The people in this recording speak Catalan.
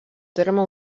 terme